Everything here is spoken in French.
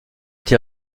été